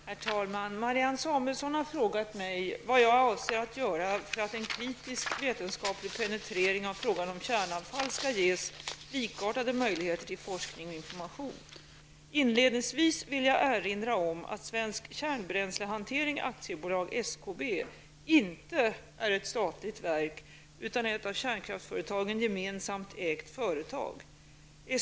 Herr talman! Marianne Samuelsson har frågat mig vad jag avser att göra för att en kritisk vetenskaplig penetrering av frågan om kärnavfall skall ges likartade möjligheter till forskning och information. Inledningsvis vill jag erinra om att Svensk Kärnbränslehantering AB inte är ett statligt verk utan ett av kärnkraftsföretagen gemensamt ägt företag.